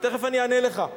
ותיכף אני אענה לך,